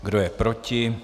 Kdo je proti?